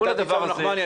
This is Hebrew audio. תת ניצב נחמני,